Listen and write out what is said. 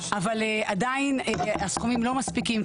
אבל עדיין הסכומים לא מספיקים,